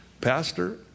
Pastor